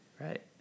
Right